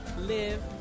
live